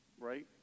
Right